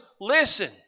listen